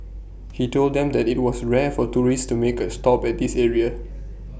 he told them that IT was rare for tourists to make A stop at this area